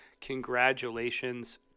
Congratulations